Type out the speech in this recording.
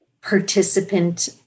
participant